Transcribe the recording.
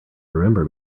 remember